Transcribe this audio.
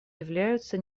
являются